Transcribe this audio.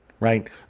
Right